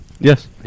Yes